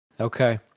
Okay